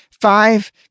Five